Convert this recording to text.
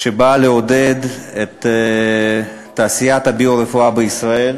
שבאה לעודד את תעשיית הביו-רפואה בישראל.